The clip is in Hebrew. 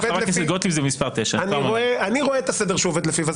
חברת הכנסת גוטליב זה במספר 9. אני רואה את הסדר שהוא עובד לפיו,